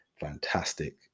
Fantastic